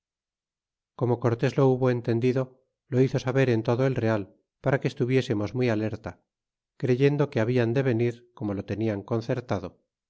como cortés lo hubo entendido lo hizo saber en todo el real para que estuviésemos muy alerta creyendo que hablan de venir como lo tenian concertado